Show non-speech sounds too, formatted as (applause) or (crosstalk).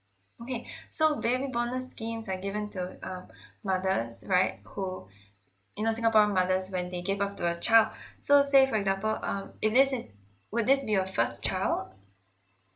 okay so baby bonus schemes are given to uh mothers right who you know singaporean mothers when they gave birth to a child (breath) so say for example um if this is will this be your first child